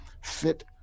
fit